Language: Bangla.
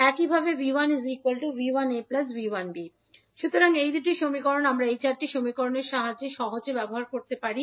একইভাবে 𝐕1 𝐕1𝒂 𝐕1𝒃 সুতরাং এই দুটি সমীকরণ আমরা এই চারটি সমীকরণকে সহজ করার জন্য ব্যবহার করতে পারি